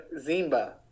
Zimba